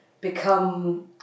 become